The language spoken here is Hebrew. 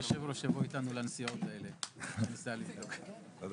הישיבה ננעלה בשעה 11:50.